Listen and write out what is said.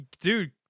dude